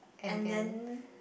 and then